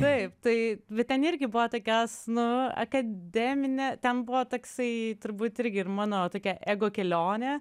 taip tai bet ten irgi buvo tokios na akademinė ten buvo toksai turbūt irgi ir mano tokia ego kelionė